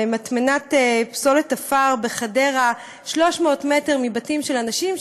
מטמנת פסולת עפר בחדרה 300 מטר מבתים של אנשים,